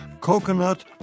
coconut